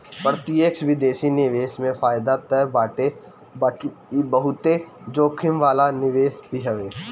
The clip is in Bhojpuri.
प्रत्यक्ष विदेशी निवेश में फायदा तअ बाटे बाकी इ बहुते जोखिम वाला निवेश भी हवे